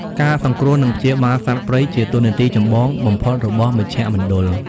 ការសង្គ្រោះ និងព្យាបាលសត្វព្រៃ ជាតួនាទីចម្បងបំផុតរបស់មជ្ឈមណ្ឌល។